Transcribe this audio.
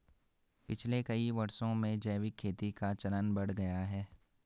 पिछले कई वर्षों में जैविक खेती का चलन बढ़ गया है